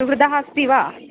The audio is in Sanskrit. सुहृत् अस्ति वा